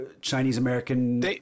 Chinese-American